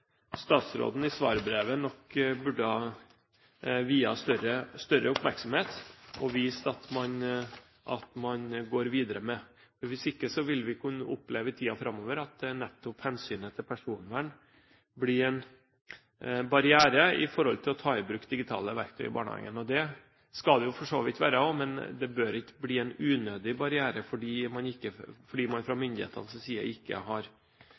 statsråden i svarbrevet nok burde ha viet større oppmerksomhet og vist at man går videre med. Hvis ikke vil vi kunne oppleve i tiden framover at nettopp hensynet til personvern blir en barriere når det gjelder å ta i bruk digitale verktøy i barnehagen. Slik skal det jo for så vidt også være, men det må ikke bli en unødig barriere fordi man fra myndighetenes side ikke har